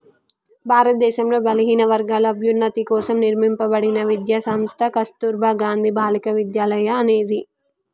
భారతదేశంలో బలహీనవర్గాల అభ్యున్నతి కోసం నిర్మింపబడిన విద్యా సంస్థ కస్తుర్బా గాంధీ బాలికా విద్యాలయ అనేది